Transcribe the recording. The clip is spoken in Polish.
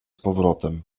powrotem